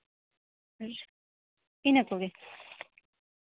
ᱟᱨ ᱤᱱᱟᱹ ᱠᱚᱜᱮ